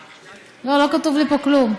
לא, לא כתוב לי פה כלום.